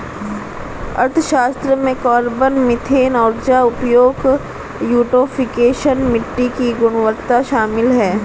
अर्थशास्त्र में carbon, methane ऊर्जा उपयोग, यूट्रोफिकेशन, मिट्टी की गुणवत्ता शामिल है